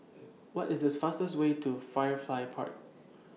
What IS This fastest Way to Firefly Park